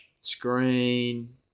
screen